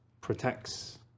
protects